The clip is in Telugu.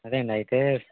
అదే అండి అయితే